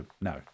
no